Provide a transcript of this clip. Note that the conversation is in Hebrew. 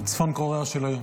צפון קוריאה של היום.